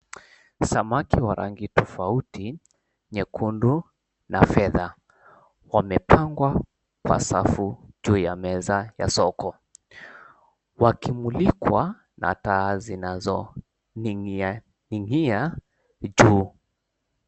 Samaki wa rangi tofauti, nyekundu na fedha, wamepangwa kwa safu juu ya meza ya soko. Wakimulikwa na taa zinazoning'inia tu.